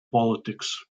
politics